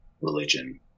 religion